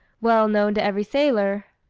well known to every sailor,